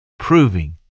proving